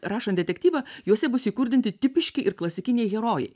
rašant detektyvą juose bus įkurdinti tipiški ir klasikiniai herojai